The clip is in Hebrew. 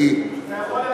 אתה יכול להתחיל מחדש.